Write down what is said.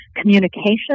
communication